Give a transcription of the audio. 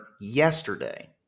yesterday